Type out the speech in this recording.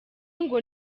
ngo